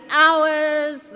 hours